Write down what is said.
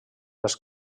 les